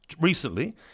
recently